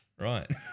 right